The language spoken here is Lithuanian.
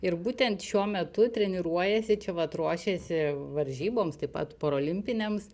ir būtent šiuo metu treniruojasi čia vat ruošiasi varžyboms taip pat parolimpinėms